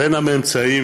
בין הממצאים